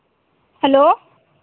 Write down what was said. hello